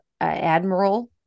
admiral